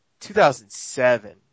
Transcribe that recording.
2007